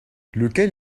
lequel